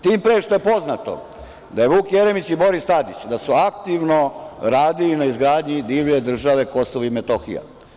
Tim pre što je poznato da su Vuk Jeremić i Boris Tadić aktivno radili na izgradnji divlje države Kosovo i Metohija.